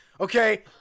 Okay